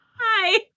hi